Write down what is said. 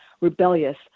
rebellious